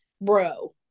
bro